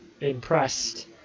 impressed